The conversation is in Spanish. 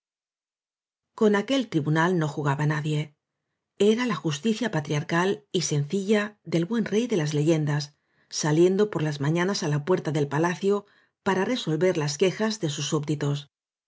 con aquel tribunal no jugaba nadie era la justicia patriarcal y sencilla del buen rey de las leyendas saliendo por las mañanas á la puerta del palacio para resolver las quejas de sus sub